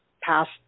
past